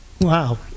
Wow